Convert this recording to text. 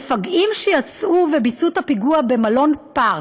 המפגעים שיצאו וביצעו את הפיגוע במלון "פארק"